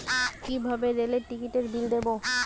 কিভাবে রেলের টিকিটের বিল দেবো?